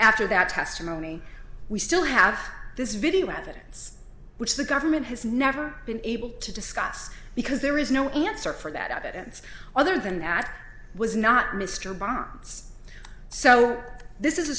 after that testimony we still have this video evidence which the government has never been able to discuss because there is no answer for that evidence other than that was not mr bonds so this is a